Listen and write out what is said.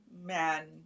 Man